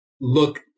look